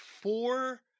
four